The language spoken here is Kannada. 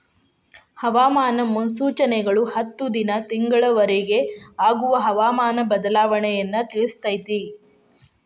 ಹವಾಮಾನ ಮುನ್ಸೂಚನೆಗಳು ಹತ್ತು ದಿನಾ ತಿಂಗಳ ವರಿಗೆ ಆಗುವ ಹವಾಮಾನ ಬದಲಾವಣೆಯನ್ನಾ ತಿಳ್ಸಿತೈತಿ